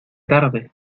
tarde